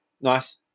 Nice